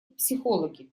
психологи